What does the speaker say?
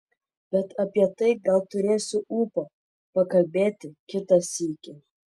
bet apie tai gal turėsiu ūpo pakalbėti kitą sykį